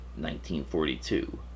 1942